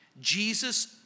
Jesus